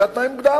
עשה תנאי מוקדם.